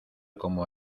como